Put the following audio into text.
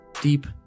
deep